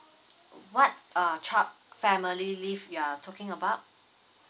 what err family leave you're talking about